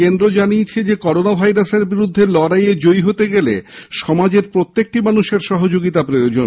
কেন্দ্র জানিয়েছে করোনা ভাইরাসের বিরুদ্ধে লড়াই এ জয়ী হতে গেলে সমাজের প্রত্যেকটি মানুষের সহযোগিতার প্রয়োজন